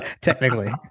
technically